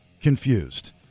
confused